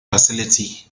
facility